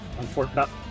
Unfortunately